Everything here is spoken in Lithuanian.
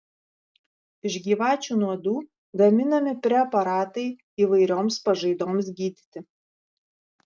iš gyvačių nuodų gaminami preparatai įvairioms pažaidoms gydyti